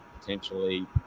potentially